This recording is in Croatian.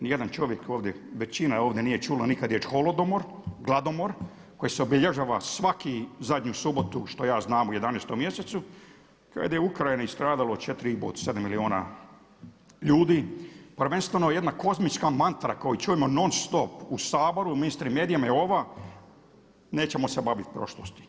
Ni jedan čovjek ovdje većina ovdje nije čula nikad riječ holodomor, gladomor koji se obilježava svaki zadnju subotu šta ja znam u 11 mjesecu kada je u Ukrajini stradalo od 4 i pol do 7 milijuna ljudi, prvenstveno jedna kozmička mantra koju čujemo nonstop u Saboru, medijima je ova nećemo se baviti prošlosti.